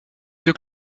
deux